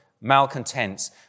malcontents